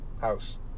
house